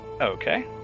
Okay